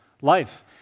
life